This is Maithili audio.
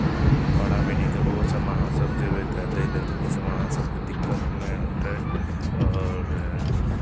पारा मेडिकल ओहो सभमे अहाँसभ जयबै तऽ दै लए तऽ ओहो सभमे अहाँ सभकेँ दिक्कत नहि होतै आओर